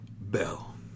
Bell